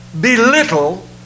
belittle